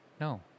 No